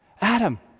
Adam